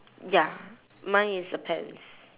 ya mine is a pants